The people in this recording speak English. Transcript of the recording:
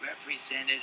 represented